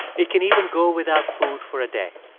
it can even go without food for a day.